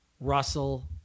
Russell